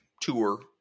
tour